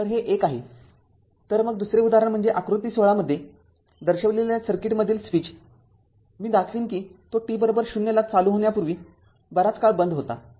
तर हे १ आहे तर मग दुसरे उदाहरण म्हणजे आकृती १६ मध्ये दर्शविलेल्या सर्किटमधील स्विच मी दाखवेन कि तो t० ला चालू होण्यापूर्वी बराच काळ बंद होता